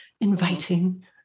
inviting